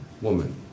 Woman